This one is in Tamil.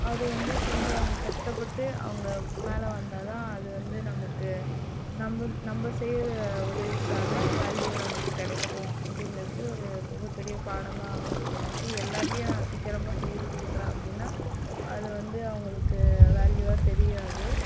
அது வந்து கொஞ்சம் கஷ்டப்பட்டு அவங்க மேலே வந்தால் தான் அது வந்து நமக்கு நம்ம நம்ம செய்கிற உதவிக்கான வேல்யூ நமக்கு கிடைக்கும் அப்படிங்கிறது ஒரு மிக பெரிய பாடமாக அமைஞ்சது எனக்கு எல்லாத்தையும் நான் சீக்கிரமாக செய்து கொடுக்குறேன் அப்படினால் அது வந்து அவங்களுக்கு வேல்யூவாக தெரியாது